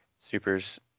supers